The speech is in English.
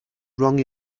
wrong